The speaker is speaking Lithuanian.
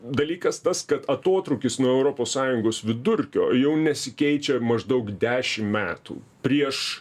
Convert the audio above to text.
dalykas tas kad atotrūkis nuo europos sąjungos vidurkio jau nesikeičia maždaug dešim metų prieš